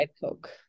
coke